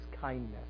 kindness